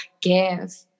give